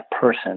person